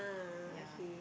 yea